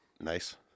nice